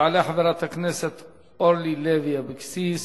תעלה חברת הכנסת אורלי לוי אבקסיס,